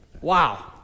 Wow